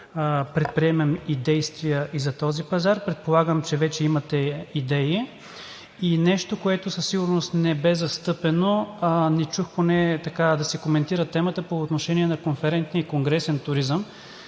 предприемем действия и за този пазар. Предполагам, че вече имате идеи. И нещо, което със сигурност не бе застъпено – не чух да се коментира темата по отношение на конферентния и конгресен туризъм.